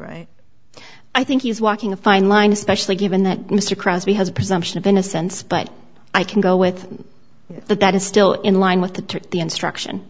right i think he's walking a fine line especially given that mr crosbie has a presumption of innocence but i can go with that that is still in line with the to the instruction